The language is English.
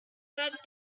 that